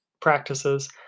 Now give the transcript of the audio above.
practices